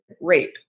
rape